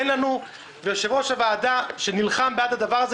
ויושב-ראש הוועדה שנלחם בעד הדבר הזה,